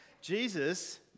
Jesus